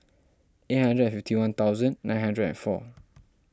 eight hundred and fifty one thousand nine hundred and four